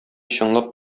чынлап